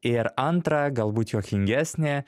ir antra galbūt juokingesnė